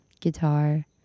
guitar